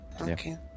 Okay